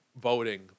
voting